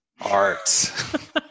art